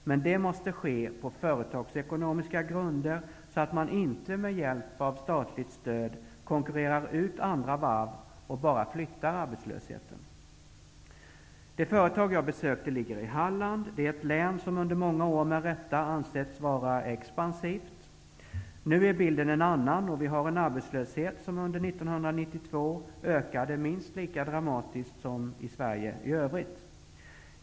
Men det måste ske på företagsekonomiska grunder, så att man inte med hjälp av statligt stöd konkurrerar ut andra varv och bara flyttar arbetslösheten. Det företag jag besökte ligger i Halland. Det är ett län som under många år med rätta ansetts vara expansivt. Nu är bilden en annan, och vi har en arbetslöshet som under 1992 ökade minst lika dramatiskt som i övriga Sverige.